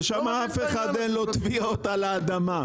ושם אף אחד אין לו תביעות על האדמה.